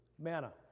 manna